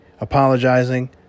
apologizing